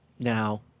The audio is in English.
Now